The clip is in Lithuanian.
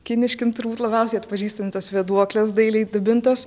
kiniški nu turbūt labiausiai atpažįstami tos vėduoklės dailiai dabintos